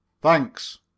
thanks